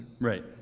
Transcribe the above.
Right